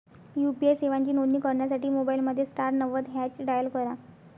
UPI सेवांची नोंदणी करण्यासाठी मोबाईलमध्ये स्टार नव्वद हॅच डायल करा